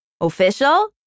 Official